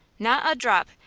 not a drop.